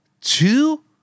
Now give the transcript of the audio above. two